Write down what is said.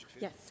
Yes